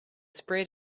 sprayed